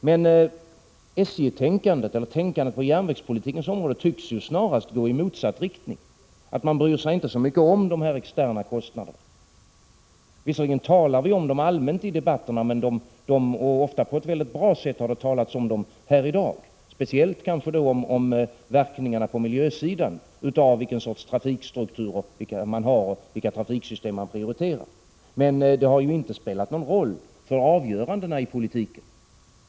Men tänkandet på järnvägspolitikens område tycks snarast gå i motsatt riktning, att man inte bryr sig så mycket om de externa kostnaderna. Vi talar visserligen om dem allmänt i debatterna. Det har talats om dem på ett mycket bra sätt här i dag, speciellt om verkningarna på miljösidan av vilken sorts trafikstruktur man har och vilka trafiksystem man prioriterar. Men det har inte spelat någon roll för avgörandena i politiken.